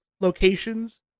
locations